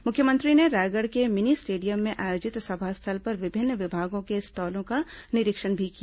मुख्यमंत्री ने रायगढ़ के मिनी स्टेडियम में आयोजित सभा स्थल पर विभिन्न विभागों के स्टॉलों का भी निरीक्षण किया